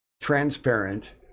transparent